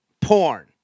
porn